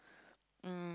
um